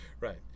right